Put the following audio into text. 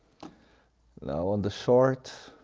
now on the short,